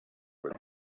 when